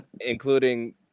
including